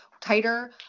tighter